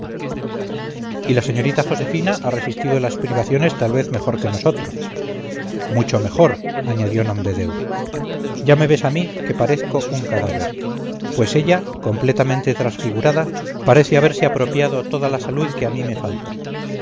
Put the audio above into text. y la señorita josefina ha resistido las privaciones tal vez mejor que nosotros mucho mejor añadió nomdedeu ya me ves a mí que parezco un cadáver pues ella completamente transfigurada parece haberse apropiado toda la salud que a mí me falta